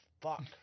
fuck